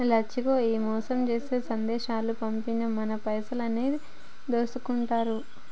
లచ్చిగో ఈ మోసం జేసే సందేశాలు పంపి మన పైసలన్నీ దోసుకుంటారు